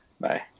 Bye